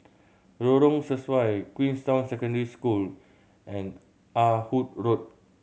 Lorong Sesuai Queensway Secondary School and Ah Hood Road